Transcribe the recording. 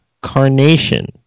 Carnation